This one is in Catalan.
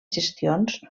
gestions